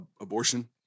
abortion